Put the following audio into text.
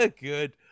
good